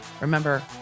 Remember